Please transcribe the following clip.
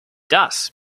das